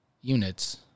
units